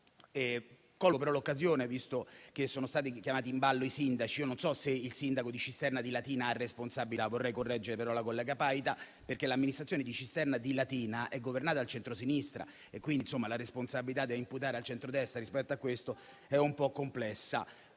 Colgo però l'occasione, visto che sono stati chiamati in ballo i sindaci, per dire che non so se il sindaco di Cisterna di Latina abbia delle responsabilità. Vorrei correggere però la collega Paita, perché l'amministrazione di Cisterna di Latina è governata dal centrosinistra e, quindi, la responsabilità da imputare al centrodestra rispetto a questo è un po' complessa.